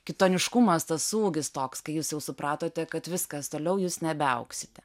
kitoniškumas tas ūgis toks kai jūs jau supratote kad viskas toliau jūs nebeauksite